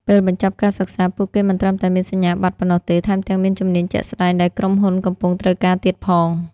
ពេលបញ្ចប់ការសិក្សា ពួកគេមិនត្រឹមតែមានសញ្ញាបត្រប៉ុណ្ណោះទេ ថែមទាំងមានជំនាញជាក់ស្តែងដែលក្រុមហ៊ុនកំពុងត្រូវការទៀតផង។